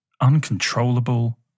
Uncontrollable